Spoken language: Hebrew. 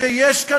שיש כאן,